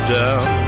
down